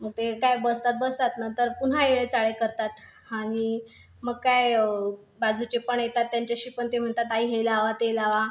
ते काय बसतातबसतात नंतर पुन्हा येडे चाळे करतात आणि मग काय बाजूचे पण येतात त्यांच्याशी पण ते म्हणतात ताई हे लावा ते लावा